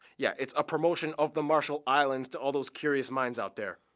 yeah, it's a promotion of the marshall islands to all those curious minds out there.